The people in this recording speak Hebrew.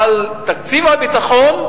אבל תקציב הביטחון,